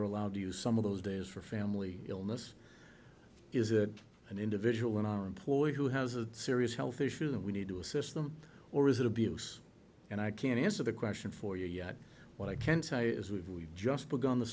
're allowed to use some of those days for family illness is it an individual in our employ who has a serious health issues and we need to assist them or is it abuse and i can't answer the question for you what i can say is we've we've just